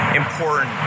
important